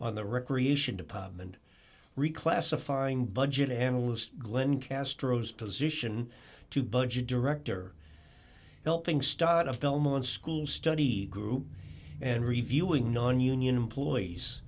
on the recreation department reclassifying budget analyst glen castro's position to budget director helping start a belmont school study group and reviewing nonunion employees